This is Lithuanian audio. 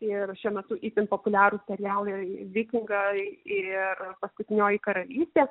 ir šiuo metu itin populiarūs serialai vikingai ir paskutinioji karalystė